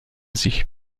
sich